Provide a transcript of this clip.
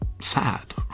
sad